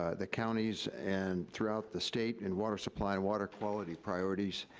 ah the counties, and throughout the state in water supply, and water quality priorities,